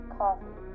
coffee